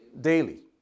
daily